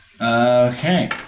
Okay